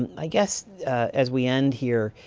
i guess as we end here,